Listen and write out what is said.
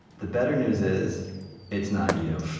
the better news is it's not you.